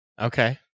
Okay